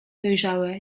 dojrzałe